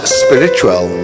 spiritual